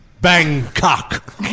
Bangkok